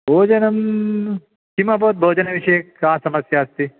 भोजनं किम् अभवत् भोजनविषये का समस्या अस्ति